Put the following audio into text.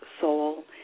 soul